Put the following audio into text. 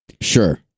Sure